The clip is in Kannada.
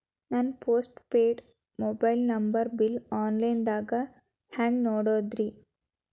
ನನ್ನ postpaid mobile number bill, online ದಾಗ ಹ್ಯಾಂಗ್ ನೋಡೋದ್ರಿ?